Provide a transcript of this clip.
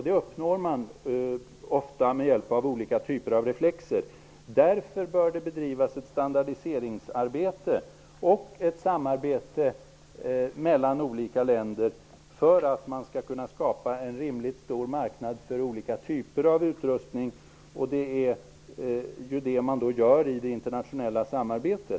Det uppnår man ofta med hjälp av olika typer av reflexer. Därför bör det bedrivas ett standardiseringsarbete och ett samarbete mellan olika länder för att man skall kunna skapa en rimligt stor marknad för olika typer av utrustning. Det skapar man i det internationella samarbetet.